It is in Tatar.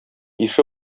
ише